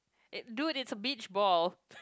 it dude it's a beach ball